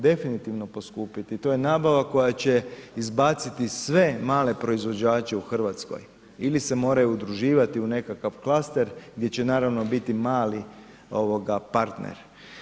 Definitivno poskupiti, to je nabava koja će izbaciti sve male proizvođače u Hrvatskoj ili se moraju udruživati u nekakav klaster gdje će naravno biti mali partner.